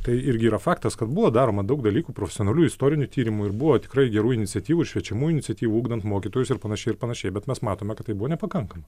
tai irgi yra faktas kad buvo daroma daug dalykų profesionalių istorinių tyrimų ir buvo tikrai gerų iniciatyvų šviečiamų iniciatyvų ugdant mokytojus ir panašiai ir panašiai bet mes matome kad tai buvo nepakankama